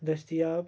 دٔستیاب